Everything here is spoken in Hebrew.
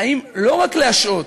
אם לא רק להשעות,